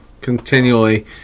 continually